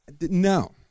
No